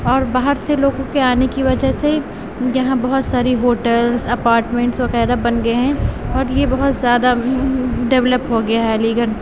اور باہر سے لوگوں کے آنے کی وجہ سے یہاں بہت ساری ہوٹلس اپارٹمنٹس وغیرہ بن گئے ہیں اور یہ بہت زیادہ ڈیولپ ہو گیا ہے علی گڑھ